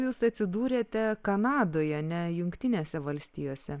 jūs atsidūrėte kanadoje ne jungtinėse valstijose